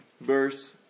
verse